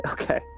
Okay